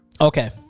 okay